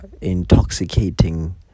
intoxicating